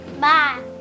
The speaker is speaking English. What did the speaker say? Bye